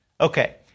Okay